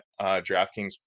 DraftKings